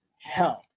help